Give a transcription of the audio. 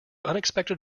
unexpected